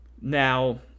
Now